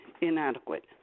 inadequate